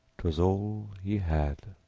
twas all he had,